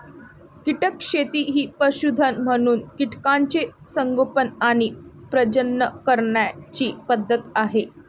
कीटक शेती ही पशुधन म्हणून कीटकांचे संगोपन आणि प्रजनन करण्याची पद्धत आहे